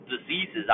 diseases